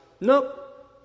nope